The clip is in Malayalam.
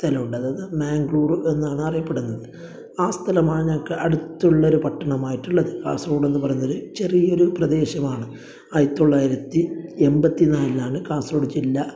സ്ഥലമുണ്ട് അതായത് മംഗ്ളൂര് എന്നാണ് അറിയപ്പെടുന്നത് ആ സ്ഥലമാണ് ഞങ്ങൾക്ക് അടുത്തുള്ളൊരു പട്ടണമായിട്ടുള്ളത് കാസർഗോഡെന്ന് പറയുന്നത് ചെറിയൊരു പ്രദേശമാണ് ആയിരത്തിത്തൊള്ളായിരത്തി എൺപത്തിനാലിലാണ് കാസർഗോഡ് ജില്ല